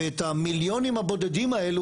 ואת המיליונים הבודדים האלה,